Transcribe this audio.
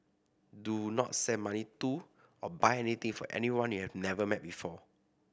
do not send money to or buy anything for anyone you have never met before